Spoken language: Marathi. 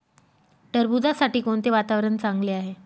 टरबूजासाठी कोणते वातावरण चांगले आहे?